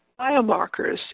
biomarkers